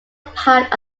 part